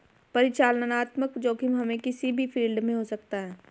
परिचालनात्मक जोखिम हमे किसी भी फील्ड में हो सकता है